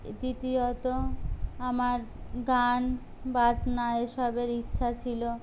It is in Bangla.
দ্বিতীয়ত আমার গান বাজনা এসবের ইচ্ছা ছিল